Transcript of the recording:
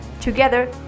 together